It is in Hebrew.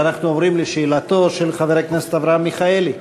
ואנחנו עוברים לשאלתו של חבר הכנסת אברהם מיכאלי.